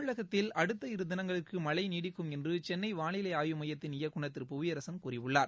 தமிழகத்தில் அடுத்த இரு தினங்களுக்கு மழை நீடிக்கும் என்று சென்னை வானிலை ஆய்வு மையத்தின் இயக்குநர் திரு புவியரசன் கூறியுள்ளார்